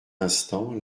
instant